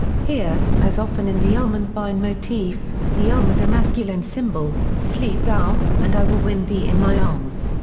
here, as often in the elm-and-vine motif, the elm is a masculine symbol sleep thou, and i will wind thee in my arms.